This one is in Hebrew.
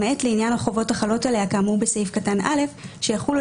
למעט לעניין החובות החלות עליה כאמור בסעיף קטן (א) שיחולו